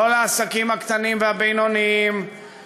לא לעסקים הקטנים והבינוניים,